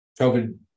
COVID